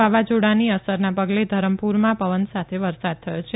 વાવાઝોડાની અસરના પગલે ધરમપુરમાં પવન સાથે વરસાદ થયો છે